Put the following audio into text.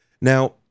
Now